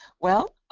well,